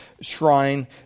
shrine